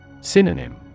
Synonym